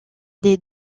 des